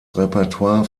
repertoire